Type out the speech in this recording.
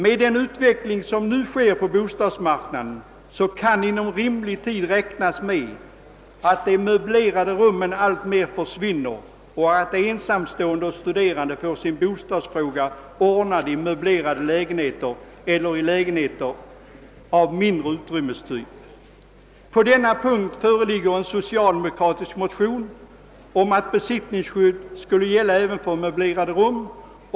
Med den utveckling som nu äger rum på bostadsmarknaden kan vi räkna med att de möblerade rummen inom rimlig tid i allt större utsträckning försvinner och att de ensamstående och studerande får sin bostadsfråga ordnad genom möblerade lägenheter eller genom lägenheter av mindre utrymmestyp. På denna punkt föreligger en socialdemokratisk motion om besittningsskydd även för möblerade rum.